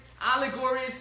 allegories